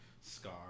scar